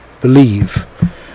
believe